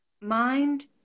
Mind